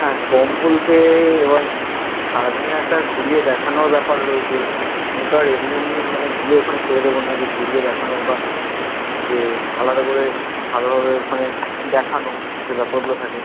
হ্যাঁ কম বলতে এবার সারাদিনের একটা ঘুরিয়ে দেখানোর ব্যাপার রয়েছে আমি তো আর এমনি এমনি মানে গিয়ে ওখানে ছেড়ে দেব না যে ঘুরিয়ে দেখানোর বা যে আলাদা করে ভালোভাবে ওখানে দেখানো যে ব্যাপারগুলো থাকে